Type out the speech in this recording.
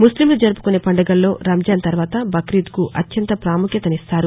ముస్లింలు జరుపుకునే పండుగల్లో రంజాన్ తర్వాత బక్రీద్కు అత్యంత ప్రాముఖ్యతనిస్తారు